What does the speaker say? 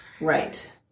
right